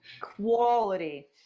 quality